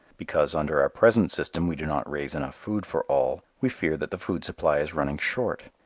because, under our present system, we do not raise enough food for all, we fear that the food supply is running short.